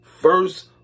first